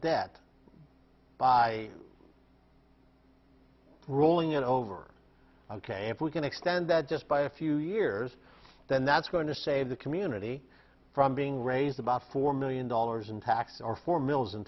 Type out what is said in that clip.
debt by rolling it over ok if we can extend that just by a few years then that's going to save the community from being raised about four million dollars in tax or four mills in